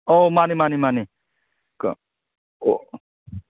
ꯑꯣ ꯃꯥꯅꯦ ꯃꯥꯅꯦ ꯃꯥꯅꯦ ꯑꯣ